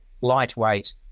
lightweight